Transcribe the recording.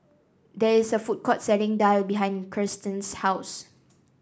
there is a food court selling daal behind Kirsten's house